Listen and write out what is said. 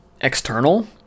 external